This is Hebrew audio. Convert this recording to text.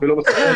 מסכה.